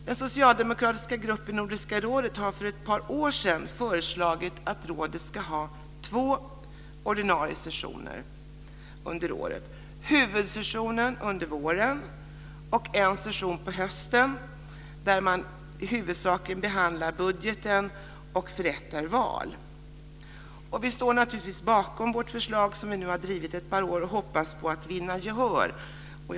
Den socialdemokratiska gruppen i Nordiska rådet har för ett par år sedan föreslagit att rådet ska ha två ordinarie sessioner under året - huvudsessionen under våren och en session på hösten där man huvudsakligen behandlar budgeten och förrättar val. Vi står naturligtvis bakom vårt förslag som vi har drivit ett par år nu och hoppas på att vinna gehör för det.